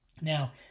Now